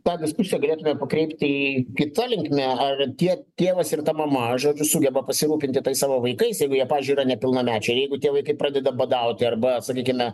tą diskusiją galėtume pakreipti kita linkme ar tie tėvas ir ta mama žodžiu sugeba pasirūpinti tais savo vaikais jeigu jie pavyzdžiui yra nepilnamečiaiir jeigu tie vaikai pradeda badauti arba sakykime